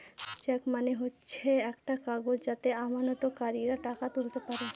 check মানে হচ্ছে একটা কাগজ যাতে আমানতকারীরা টাকা তুলতে পারে